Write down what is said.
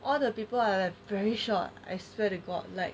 all the people are very short I swear to god like